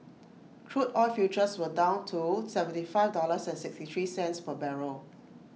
crude oil futures were down to seventy five dollars and sixty three per barrel